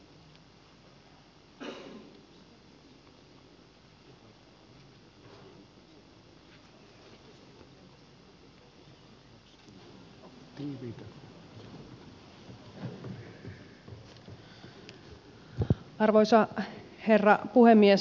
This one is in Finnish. arvoisa herra puhemies